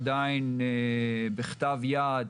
עדיין בכתב יד,